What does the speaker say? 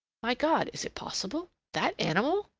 my god! is it possible? that animal!